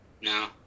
No